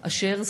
אשר